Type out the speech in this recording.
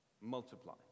multiply